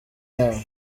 yabo